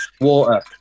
water